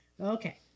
okay